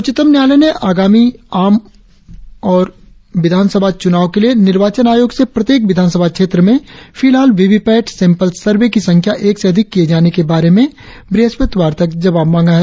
उच्चतम न्यायलय ने अगामी आम और विधानसभा चुनाव के लिए निर्वाचन आयोग से प्रत्येक विधानसभा क्षेत्र में फिलहाल वीवीपैट सैंपल सर्वे की संख्या एक से अधिक किए जाने के बारे में ब्रहस्पतिवार तक जवाब मांगा है